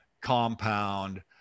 compound